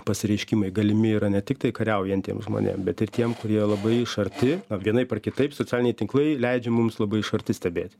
pasireiškimai galimi yra ne tiktai kariaujantiem žmonėm bet ir tiem kurie labai iš arti vienaip ar kitaip socialiniai tinklai leidžia mums labai iš arti stebėti